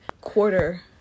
quarter